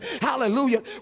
Hallelujah